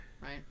right